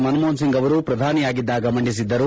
ಮನಮೋಹನ್ ಸಿಂಗ್ ಅವರು ಪ್ರಧಾನಿಯಾಗಿದ್ದಾಗ ಮಂಡಿಸಿದ್ದರು